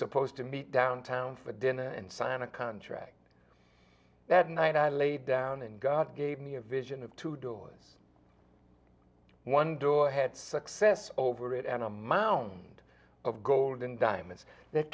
supposed to meet downtown for dinner and sign a contract that night i lay down and god gave me a vision of two doors one door had success over it and a mound of gold and diamonds that